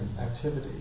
activity